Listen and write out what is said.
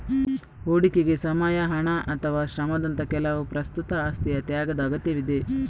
ಹೂಡಿಕೆಗೆ ಸಮಯ, ಹಣ ಅಥವಾ ಶ್ರಮದಂತಹ ಕೆಲವು ಪ್ರಸ್ತುತ ಆಸ್ತಿಯ ತ್ಯಾಗದ ಅಗತ್ಯವಿದೆ